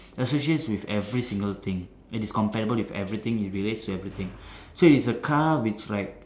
associates with every single thing it is compatible with everything it relates to every thing so it's a car which like